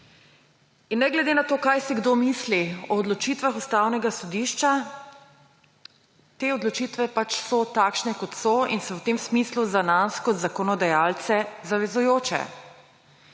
Ne glede na to, kaj si kdo misli o odločitvah Ustavnega sodišča, te odločitve so takšne, kot so, in so v tem smislu za nas kot zakonodajalce zavezujoče.